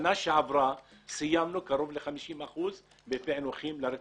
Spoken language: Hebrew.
את שנה שעברה סיימנו עם קרוב ל-50 אחוזים פענוחים של רציחות.